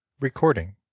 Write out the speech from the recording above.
Recording